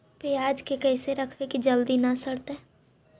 पयाज के कैसे रखबै कि जल्दी न सड़तै?